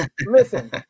listen